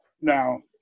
Now